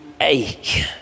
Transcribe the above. ache